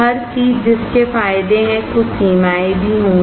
हर चीज जिसके फायदे है कुछ सीमाएँ भी होंगी